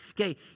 Okay